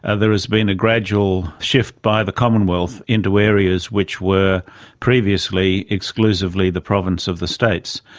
ah there has been a gradual shift by the commonwealth into areas which were previously exclusively the province of the states.